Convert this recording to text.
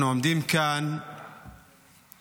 אנחנו עומדים כאן בחקיקה